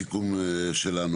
בסיכום שלנו.